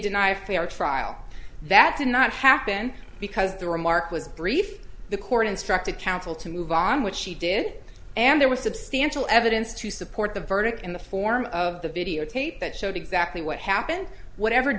deny fair trial that did not happen because the remark was brief the court instructed counsel to move on which she did and there was substantial evidence to support the verdict in the form of the videotape that showed exactly what happened whatever